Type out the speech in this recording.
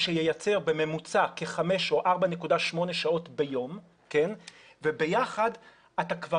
שייצר בממוצע כחמש או 4.8 שעות ביום וביחד אתה כבר